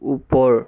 ওপৰ